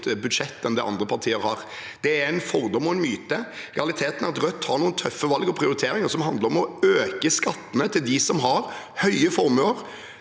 enn andre partier har. Det er en fordom og en myte. Realiteten er at Rødt tar noen tøffe valg og prioriteringer som handler om å øke skattene til dem som har høye formuer,